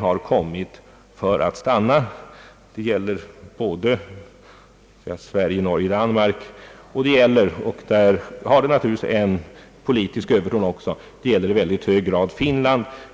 har kommit för att stanna. Detta gäller Sverige, Norge, Danmark, och det gäller också — och där har det naturligtvis en särskilt stark politisk motivering — i mycket hög grad Finland.